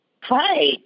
Hi